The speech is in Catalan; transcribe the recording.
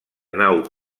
nau